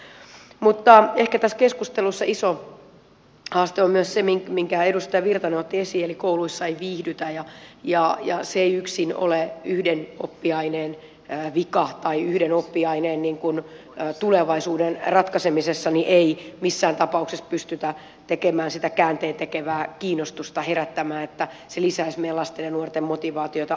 ehkä tässä keskustelussa iso haaste on myös se minkä edustaja virtanen otti esiin eli kouluissa ei viihdytä ja se ei yksin ole yhden oppiaineen vika tai yhden oppiaineen tulevaisuuden ratkaisemisessa ei missään tapauksessa pystytä sitä käänteentekevää kiinnostusta herättämään että se lisäisi meidän lasten ja nuorten motivaatiota ainoastaan